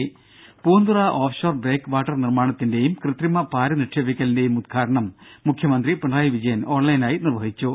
ദേദ Poonthura offshore breakwater നിർമ്മാണത്തിന്റെയും കൃത്രിമപാര് നിക്ഷേപിക്കലിന്റെയും ഉദ്ഘാടനം മുഖ്യമന്ത്രി പിണറായി വിജയൻ ഓൺലൈനായി നിർവഹിച്ചു